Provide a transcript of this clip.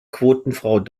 quotenfrau